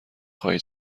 خواهید